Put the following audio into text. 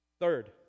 Third